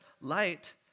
light